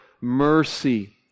mercy